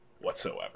whatsoever